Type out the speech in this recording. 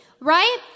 right